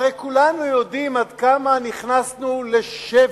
הרי כולנו יודעים עד כמה נכנסנו לשבי.